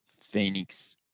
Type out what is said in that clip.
Phoenix